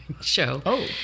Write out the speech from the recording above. show